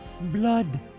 blood